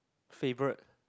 favourite